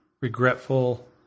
regretful